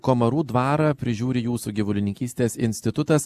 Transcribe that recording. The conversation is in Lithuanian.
komarų dvarą prižiūri jūsų gyvulininkystės institutas